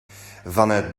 vanuit